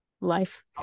life